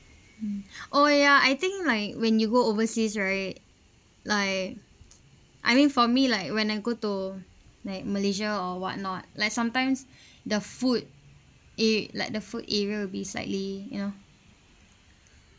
mm oh ya I think like when you go overseas right like I mean for me like when I go to like malaysia or what not like sometimes the food it like the food it will be slightly you know